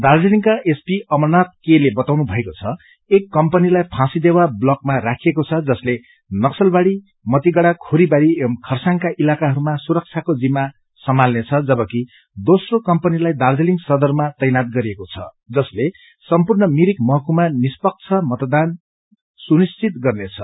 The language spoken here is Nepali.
दार्जीलिङका एसपी अमरनाथ के ले बताउनु भएको छ एक कम्पनीलाई फाँसीदेवा ब्लकमा राखिएको छ जसले नकसलबाढ़ी मतिगढ़ा खोरीबारी एंव खरसाङका इलाकाहरूमा सुरक्षाको जिम्मा सम्हाल्ने छ जबकि दोस्रो कम्पनीलाई दार्जीलिङ सदरमा तैनाथ गरिएको छ जसले सम्पूर्ण मिरिक महकूमामा निष्पक्ष मतदान सुनिश्चित गर्नेछ